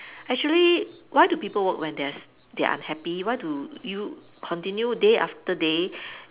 actually why do people work when they s~ they're unhappy why do you continue day after day